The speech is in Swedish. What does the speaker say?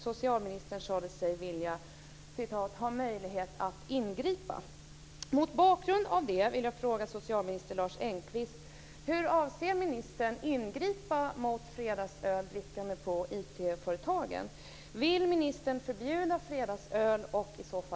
Socialministern sade sig vilja "ha möjlighet att ingripa".